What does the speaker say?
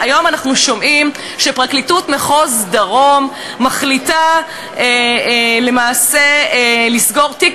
היום אנחנו שומעים שפרקליטות מחוז דרום מחליטה למעשה לסגור תיק